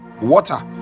water